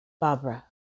Barbara